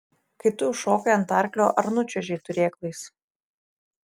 kai tu užšokai ant arklio ar nučiuožei turėklais